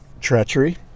treachery